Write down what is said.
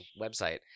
website